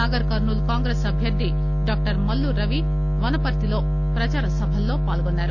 నాగర్ కర్నూల్ కాంగ్రెస్ అభ్యర్ధి డాక్టర్ మల్లు రవి వనపర్తిలో ప్రదార సభల్లో పాల్గొన్నారు